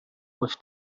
with